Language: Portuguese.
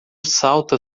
salta